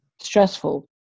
stressful